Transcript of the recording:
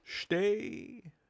stay